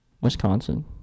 Wisconsin